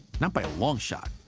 not by a long shot.